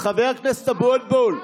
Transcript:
חבר הכנסת אבוטבול,